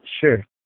Sure